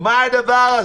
מה הדבר הזה?